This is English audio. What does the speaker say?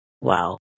Wow